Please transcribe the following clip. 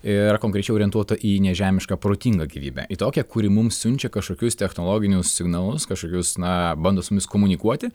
yra konkrečiau orientuota į nežemišką protingą gyvybę į tokią kuri mums siunčia kažkokius technologinius signalus kažkokius na bando su mumis komunikuoti